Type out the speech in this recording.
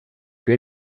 più